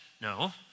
No